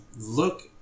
look